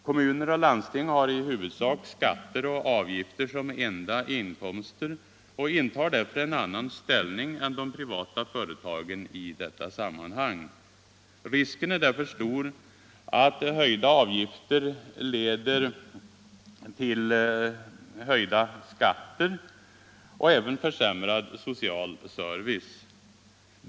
Kommuner och landsting har i huvudsak skatter och avgifter som enda inkomster och intar därför en annan ställning än de privata företagen i detta sammanhang. Risken är därför stor att höjda avgifter leder till höjda kommunalskatter och även försämrad social service.